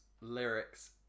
Lyrics